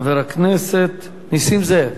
חבר הכנסת נסים זאב.